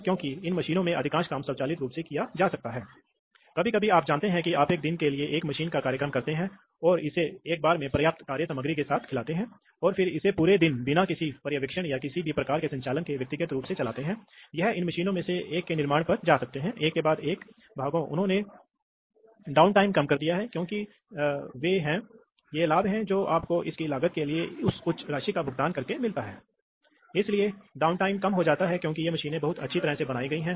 अब यह वाल्वों के बारे में है अब वाल्व यह वाल्व अक्टूएट किया जा सकता है जैसा कि हमने देखा है कि हमारे पास सक्रिय वाल्व के लिए विभिन्न प्रकार के तर्क हो सकते हैं और न केवल हमारे पास है इसलिए मूल रूप से एक इलेक्ट्रोमैकेनिकल एक्ट्यूएटर है एक पक्ष तर्क तत्वों के साथ इंटरफ़ेस करने वाला है जो उस स्थिति को तय करता है जिसके तहत वाल्व को स्थानांतरित करना चाहिए